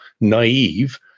naive